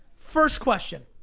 first question.